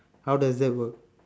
how does that work